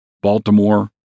Baltimore